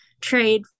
trade